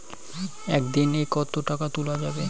একদিন এ কতো টাকা তুলা যাবে?